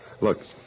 Look